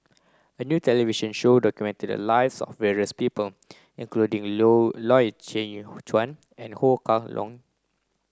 a new television show documented the live various people including Loy Chye Chuan and Ho Kah Leong